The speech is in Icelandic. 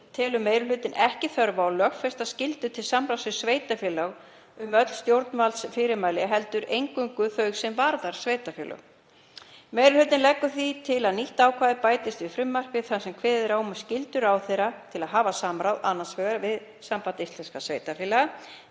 telur meiri hlutinn ekki þörf á að lögfesta skyldu til samráðs við sveitarfélög um öll stjórnvaldsfyrirmæli heldur eingöngu þau sem varða sveitarfélög. Meiri hlutinn leggur því til að nýtt ákvæði bætist við frumvarpið þar sem kveðið er á um skyldu ráðherra til að hafa samráð annars vegar við Samband íslenskra sveitarfélaga